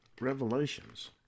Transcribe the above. revelations